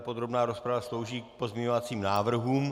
Podrobná rozprava slouží k pozměňovacím návrhům.